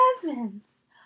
heavens